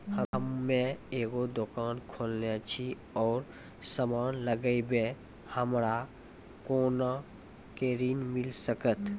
हम्मे एगो दुकान खोलने छी और समान लगैबै हमरा कोना के ऋण मिल सकत?